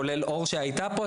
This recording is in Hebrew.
כולל אור שהייתה פה,